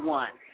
one